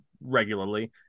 regularly